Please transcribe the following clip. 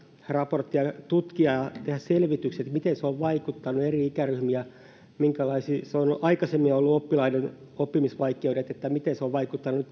raporttia ja tutkia tehdä selvityksiä miten se on vaikuttanut eri ikäryhmiin ja jos on ollut aikaisemmin oppimisvaikeuksia niin miten tämä etäopiskelu on nyt vaikuttanut